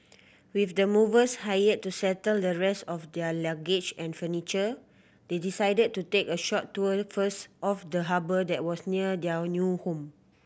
with the movers hired to settle the rest of their luggage and furniture they decided to take a short tour first of the harbour that was near their new home